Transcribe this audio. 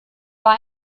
war